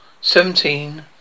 seventeen